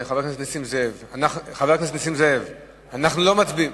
חבר הכנסת נסים זאב, אנחנו לא מצביעים,